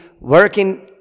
working